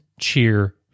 Cheer